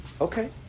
Okay